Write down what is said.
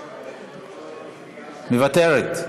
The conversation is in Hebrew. מוותרת.